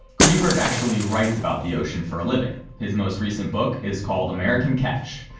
greenberg actually writes about the ocean for a living. his most recent book is called american catch.